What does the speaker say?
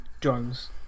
drones